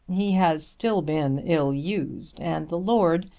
he has still been ill used and the lord,